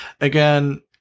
again